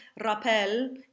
RAPPEL